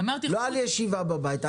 לא על ישיבה בבית,